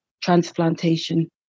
transplantation